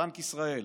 בנק ישראל,